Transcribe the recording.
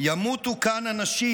ימותו כאן אנשים.